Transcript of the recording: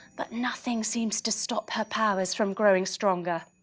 but nothing seems to stop her powers from growing stronger.